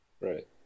Right